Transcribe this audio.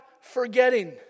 forgetting